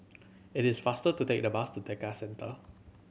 it is faster to take the bus to Tekka Centre